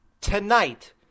tonight